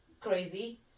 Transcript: crazy